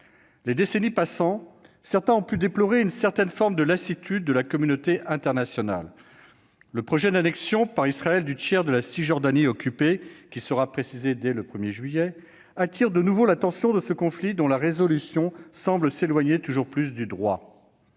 Les décennies passant, certains ont pu déplorer une forme de lassitude de la communauté internationale. Le projet d'annexion par Israël du tiers de la Cisjordanie occupée, qui sera précisé dès le 1 juillet, attire de nouveau l'attention sur ce conflit dont la résolution semble s'éloigner toujours plus du droit.